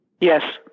Yes